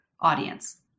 audience